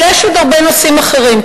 אבל יש עוד הרבה נושאים אחרים.